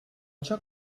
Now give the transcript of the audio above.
joc